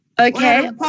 Okay